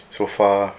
so far